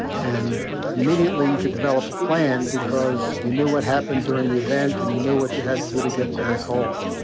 and immediately you could develop a plan because you knew what happened during the event, and you knew what you had to do get back home.